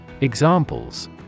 Examples